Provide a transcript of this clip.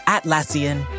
Atlassian